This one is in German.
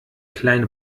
kleine